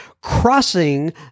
Crossing